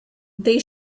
they